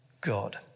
God